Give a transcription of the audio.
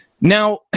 Now